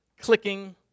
clicking